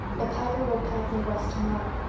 the piper will pipe me west tomorrow.